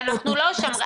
אנחנו לא שם,